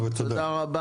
הקפצונים כפי שקראת להם.